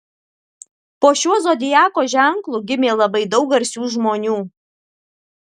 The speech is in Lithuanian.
po šiuo zodiako ženklu gimė labai daug garsių žmonių